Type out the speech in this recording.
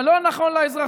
מה לא נכון לאזרחים,